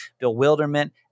bewilderment